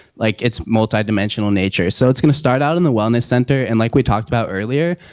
like it's multi dimensional nature. so it's gonna start out in the wellness center and like we talked about earlier,